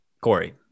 Corey